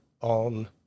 on